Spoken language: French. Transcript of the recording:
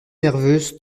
nerveuse